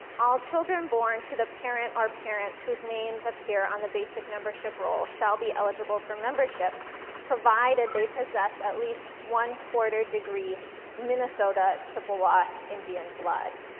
all children born to the parent or parents whose names appear on the basic membership roll shall be eligible for membership provided they possess at least one-quarter degree minnesota chippewa indian blood,